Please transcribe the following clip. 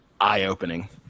eye-opening